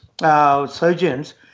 surgeons